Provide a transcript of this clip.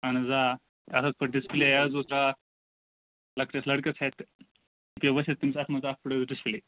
اَہَن حظ آ اَتھ حظ فُٹ ڈِسپٕلے یہِ حظ اوس راتھ لۅکٹِس لٔڑکَس اَتھِ یہِ پیٚو ؤسِتھ تٔمِس اَتھٕ منٛزٕ تہٕ اَتھ فُٹ ڈِسپٕلے